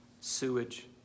sewage